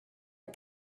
and